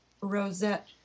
rosette